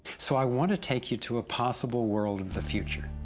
so i want to take you to a possible world of the future.